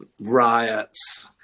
riots